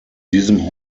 diesem